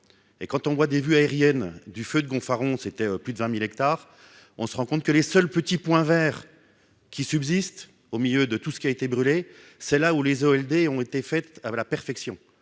et quand on voit des vues aériennes du feu de Gonfaron c'était plus de 20000 hectares, on se rend compte que les seuls petits points verts qui subsistent au milieu de tout ce qui a été brûlé, c'est là où les Zolder ont été faites à la perfection,